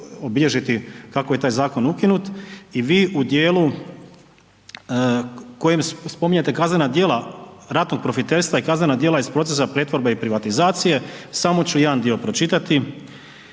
obilježiti kako je taj zakon ukinut. I vi u dijelu u kojem spominjete kaznena djela ratnog profiterstva i kaznena djela iz procesa pretvorbe i privatizacije, samo ću jedan dio pročitati.